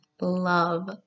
love